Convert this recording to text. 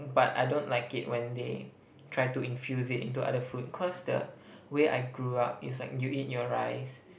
but I don't like it when they try to infuse it into other food cause the way I grew up is like you eat your rice